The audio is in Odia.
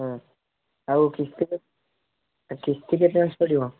ହଁ ଆଉ କିସ୍ତି କିସ୍ତି କେତେ ଆସିପାରିବ